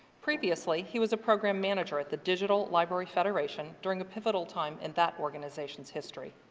previously, he was a program manager at the digital library federation during a pivotal time in that organization's history.